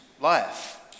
life